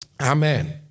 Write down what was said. Amen